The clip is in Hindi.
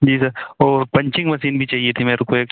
जी सर और पंचिंग मसीन भी चाहिए थी मेरे को एक